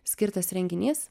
skirtas renginys